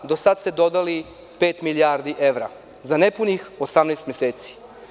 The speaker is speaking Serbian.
Do sada ste dodali pet milijardi evra, za nepunih 18 meseci.